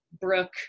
Brooke